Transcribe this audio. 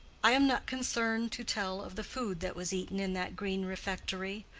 i am not concerned to tell of the food that was eaten in that green refectory,